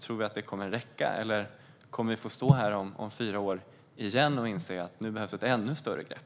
Tror man att det kommer att räcka, eller kommer vi att stå här om fyra år igen och inse att det behövs ett ännu större grepp?